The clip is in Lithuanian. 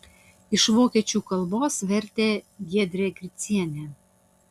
iš vokiečių kalbos vertė giedrė gricienė